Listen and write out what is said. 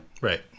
Right